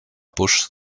bush